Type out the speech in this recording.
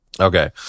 okay